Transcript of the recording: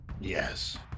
Yes